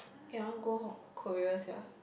eh I want go Korea sia